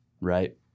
right